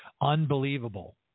unbelievable